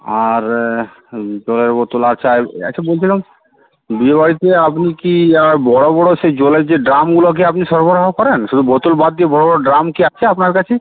আর হুম জলের বোতল আচ্ছা আচ্ছা বলছিলাম বিয়ে বাড়িতে আপনি কি আর বড়ো বড়ো সেই জলের যে ড্রামগুলো কি আপনি সরবরাহ করেন শুধু বোতল বাদ দিয়ে বড়ো বড়ো ড্রাম কি আছে আপনার কাছে